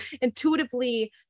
intuitively